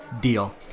Deal